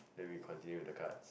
then we continue with the card